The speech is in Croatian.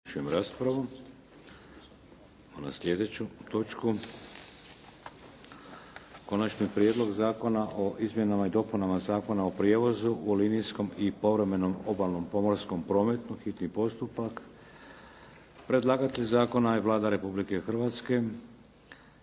Idemo na slijedeću točku –- Konačni prijedlog Zakona o izmjenama i dopunama Zakona o prijevozu u linijskom i povremenom obalnom pomorskom prometu, hitni postupak, prvo i drugo čitanje, P.Z. br. 393 Predlagatelj zakona je Vlada Republike Hrvatske.